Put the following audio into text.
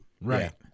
right